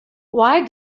why